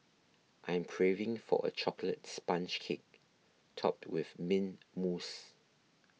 I am craving for a Chocolate Sponge Cake Topped with Mint Mousse